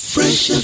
Fresh